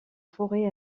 forêt